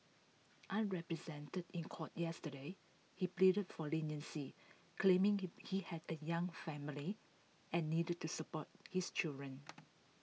unrepresented in court yesterday he pleaded for leniency claiming him he had A young family and needed to support his children